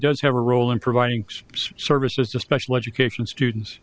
does have a role in providing services to special education students